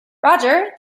roger